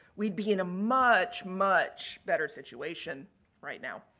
we'd be in a much, much better situation right now.